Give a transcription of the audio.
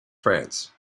france